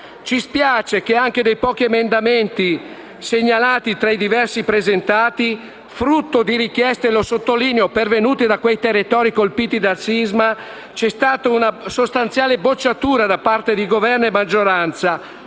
Ci spiace che anche dei pochi emendamenti segnalati tra i diversi presentati, frutto - lo sottolineo - di richieste pervenute dai territori colpiti dal sisma, ci sia stata una sostanziale bocciatura da parte di Governo e maggioranza